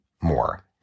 more